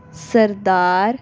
ਸਰਦਾਰ